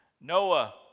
Noah